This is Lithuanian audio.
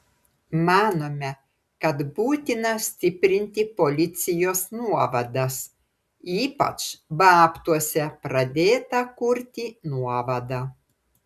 manome kad būtina stiprinti policijos nuovadas ypač babtuose pradėtą kurti nuovadą